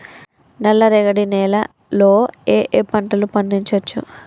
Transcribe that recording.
నల్లరేగడి నేల లో ఏ ఏ పంట లు పండించచ్చు?